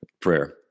Prayer